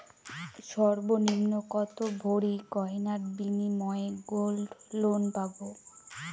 সর্বনিম্ন কত ভরি গয়নার বিনিময়ে গোল্ড লোন পাব?